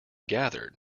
gathered